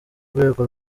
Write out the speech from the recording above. rwego